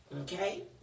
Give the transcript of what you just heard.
Okay